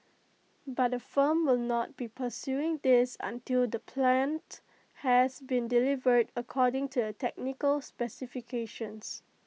but the firm will not be pursuing this until the plant has been delivered according to the technical specifications